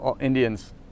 Indians